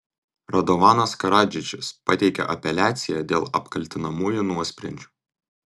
radovanas karadžičius pateikė apeliaciją dėl apkaltinamųjų nuosprendžių